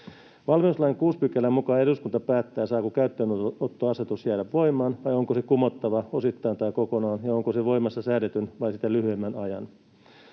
Valmiuslain 6 §:n mukaan eduskunta päättää, saako käyttöönottoasetus jäädä voimaan vai onko se kumottava osittain tai kokonaan ja onko se voimassa säädetyn vai sitä lyhyemmän ajan.